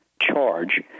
charge